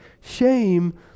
shame